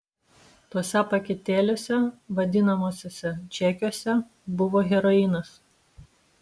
tuose paketėliuose vadinamuosiuose čekiuose buvo heroinas